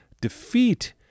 defeat